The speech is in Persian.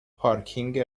پارکینگ